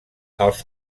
els